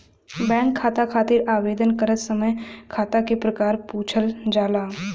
bank खाता खातिर आवेदन करत समय खाता क प्रकार पूछल जाला